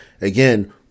again